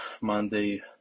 Monday